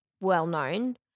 well-known